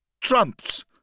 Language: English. trumps